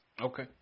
Okay